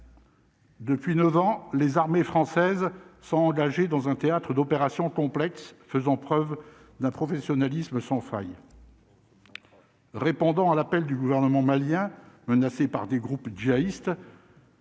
Depuis 9 ans, les armées françaises, sont engagées dans un théâtre d'opérations complexes faisant preuve d'un professionnalisme sans faille. Répondant à l'appel du gouvernement malien menacé par des groupes jihadistes.